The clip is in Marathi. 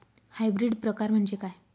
हायब्रिड प्रकार म्हणजे काय?